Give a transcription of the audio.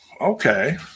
okay